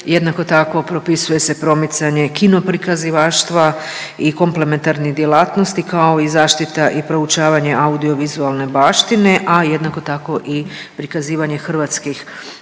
jednako tako propisuje se promicanje i kino prikazivaštva i komplementarnih djelatnosti kao i zaštita i proučavanje audio vizualne baštine, a jednako tako i prikazivanje hrvatskih